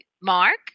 mark